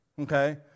okay